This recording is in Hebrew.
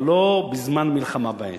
אבל לא בזמן מלחמה באש.